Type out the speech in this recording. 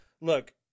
Look